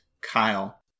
Kyle